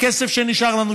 הכסף שנשאר לנו,